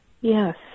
Yes